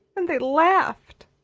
and they laughed!